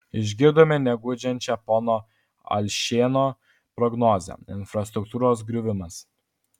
išgirdome neguodžiančią pono alšėno prognozę infrastruktūros griuvimas